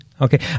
okay